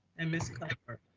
and ms. cuthbert.